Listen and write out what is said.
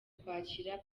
kwakira